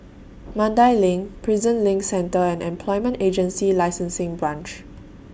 Mandai LINK Prison LINK Centre and Employment Agency Licensing Branch